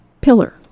Pillar